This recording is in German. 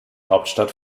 hauptstadt